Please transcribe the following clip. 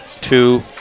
two